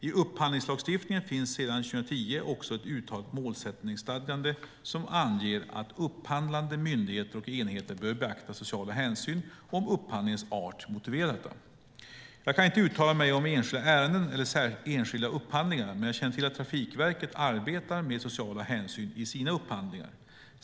I upphandlingslagstiftningen finns sedan 2010 också ett uttalat målsättningsstadgande som anger att upphandlande myndigheter och enheter bör beakta sociala hänsyn om upphandlingens art motiverar detta. Jag kan inte uttala mig om enskilda ärenden eller enskilda upphandlingar, men jag känner till att Trafikverket arbetar med sociala hänsyn i sina upphandlingar.